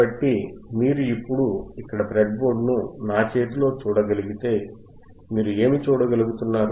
కాబట్టి మీరు ఇప్పుడు ఇక్కడ బ్రెడ్బోర్డ్ను నా చేతిలో చూడగలిగితే మీరు ఏమి చూడగలుగుతున్నారు